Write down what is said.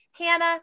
Hannah